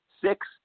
six